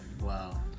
Wow